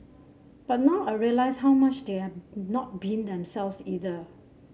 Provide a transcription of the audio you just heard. but now I realise how much they're not being themselves either